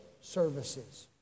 services